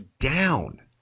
down